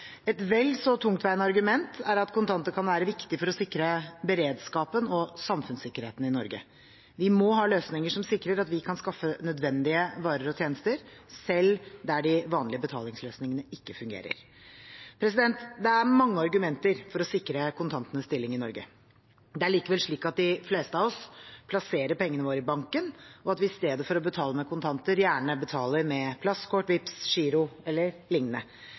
Et vel så tungtveiende argument er at kontanter kan være viktig for å sikre beredskapen og samfunnssikkerheten i Norge. Vi må ha løsninger som sikrer at vi kan skaffe nødvendige varer og tjenester selv der de vanlige betalingsløsningene ikke fungerer. Det er mange argumenter for å sikre kontantenes stilling i Norge. Det er likevel slik at de fleste av oss plasserer pengene våre i banken, og at vi i stedet for å betale med kontanter gjerne betaler med plastkort,